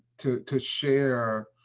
to to share